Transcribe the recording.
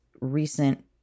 recent